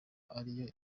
ariyo